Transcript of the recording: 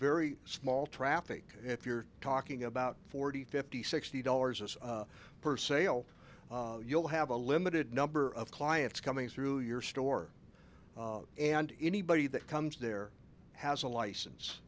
very small traffic if you're talking about forty fifty sixty dollars us per sale you'll have a limited number of clients coming through your store and anybody that comes there has a license